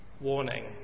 warning